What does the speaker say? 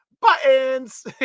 Buttons